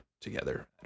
together